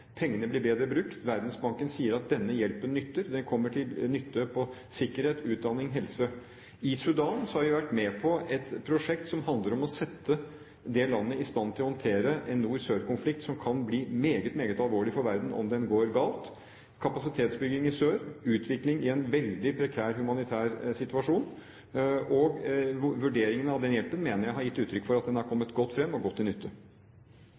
Pengene blir bedre brukt. Verdensbanken sier at denne hjelpen nytter. Den kommer til nytte på sikkerhet, utdanning og helse. I Sudan har vi vært med på et prosjekt som handler om å sette det landet i stand til å håndtere en nord–sør-konflikt som kan bli meget, meget alvorlig for verden om den går galt. Kapasitetsbygging i sør, utvikling i en veldig prekær humanitær situasjon og vurderingen av den hjelpen, mener jeg har gitt uttrykk for at den har kommet godt fram og godt til nytte.